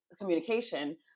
Communication